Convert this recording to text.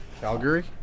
Calgary